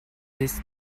this